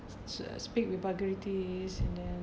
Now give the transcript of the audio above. s~ speak with vulgarities and then